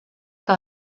que